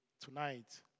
tonight